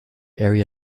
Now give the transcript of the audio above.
area